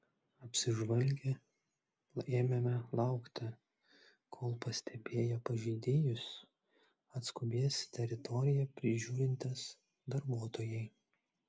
apsižvalgę ėmėme laukti kol pastebėję pažeidėjus atskubės teritoriją prižiūrintys darbuotojai